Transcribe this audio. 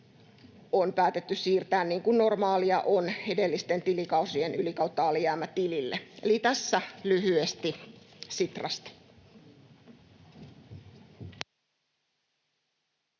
on päätetty siirtää, niin kuin normaalia on, edellisten tilikausien yli-/alijäämätilille. Eli tässä lyhyesti Sitrasta.